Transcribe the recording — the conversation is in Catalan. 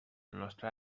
nostra